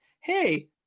hey